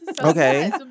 Okay